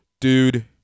dude